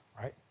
right